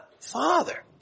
Father